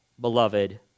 beloved